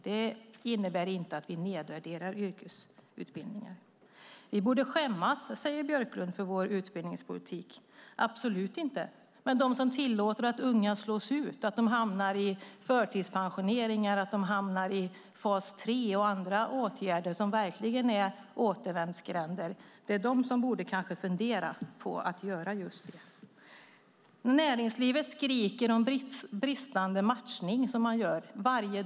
Vi nedvärderar alltså inte yrkesutbildningar. Vi borde skämmas över vår utbildningspolitik, säger Björklund. Det gör vi absolut inte. Men de som tillåter unga att slås ut och hamna i förtidspensionering, fas 3 och andra åtgärder som är verkliga återvändsgränder borde nog överväga att göra just det. Näringslivet skriker om bristande matchning.